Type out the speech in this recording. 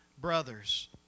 brothers